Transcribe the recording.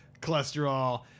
cholesterol